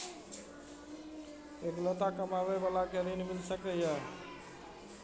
इकलोता कमाबे बाला के ऋण मिल सके ये?